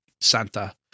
Santa